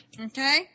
Okay